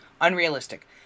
Unrealistic